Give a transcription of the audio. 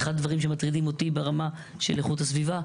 אחד מהדברים שמטרידים אותי ברמה של איכות הסביבה,